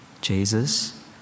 Jesus